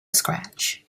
scratch